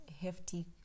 hefty